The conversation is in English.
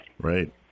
Right